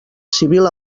civil